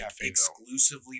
exclusively